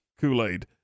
Kool-Aid